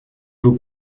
vous